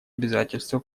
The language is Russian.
обязательства